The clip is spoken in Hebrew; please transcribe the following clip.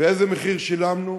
ואיזה מחיר שילמנו,